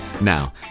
Now